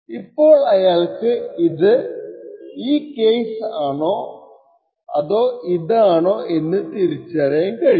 ഇപ്പോൾ അയാൾക്ക് ഇത് ഈ കേസ് ആണോ അതോ ഇതാണോ എന്ന് തിരിച്ചറിയാൻ കഴിയും